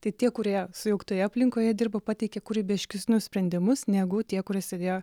tai tie kurie sujauktoje aplinkoje dirba pateikia kūrybiškesnius sprendimus negu tie kurie sėdėjo